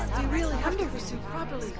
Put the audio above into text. really have to pursue properly!